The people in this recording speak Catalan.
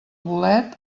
bolet